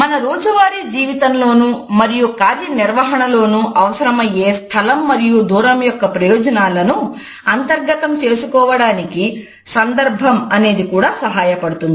మన రోజువారీ జీవితంలోనూ మరియు కార్యనిర్వహణలోనూ అవసరమయ్యే స్థలం మరియు దూరం యొక్క ప్రయోజనాలను అంతర్గతం చేసుకోవడానికి సందర్భం అనేది సహాయపడుతుంది